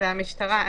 זה המשטרה.